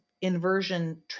inversion